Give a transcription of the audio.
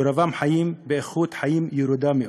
ורובם חיים באיכות חיים ירודה מאוד,